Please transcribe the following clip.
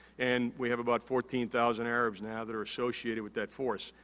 and we have about fourteen thousand arabs now that are associated with that force.